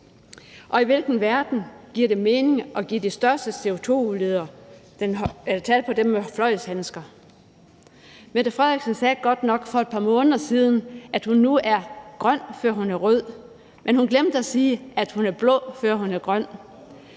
og i hvilken verden giver det mening at tage på de største CO2-udledere med fløjlshandsker? Mette Frederiksen sagde godt nok for et par måneder siden, at hun nu er grøn, før hun er rød, men hun glemte at sige, at hun er blå, før hun er grøn.